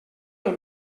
del